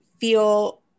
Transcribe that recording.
feel